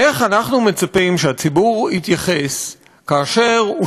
איך אנחנו מצפים שהציבור יתייחס כאשר הוא